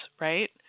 right